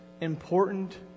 important